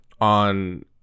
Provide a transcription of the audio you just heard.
on